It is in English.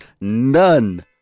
none